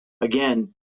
again